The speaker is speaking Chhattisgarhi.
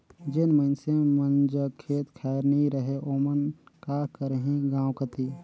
जेन मइनसे मन जग खेत खाएर नी रहें ओमन का करहीं गाँव कती